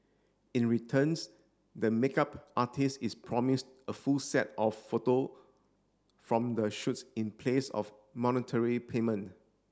in returns the makeup artist is promised a full set of photo from the shoots in place of monetary payment